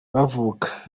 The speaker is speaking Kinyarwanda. bavuka